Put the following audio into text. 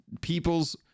people's